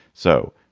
so,